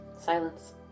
Silence